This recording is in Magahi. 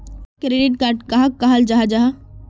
क्रेडिट कार्ड कहाक कहाल जाहा जाहा?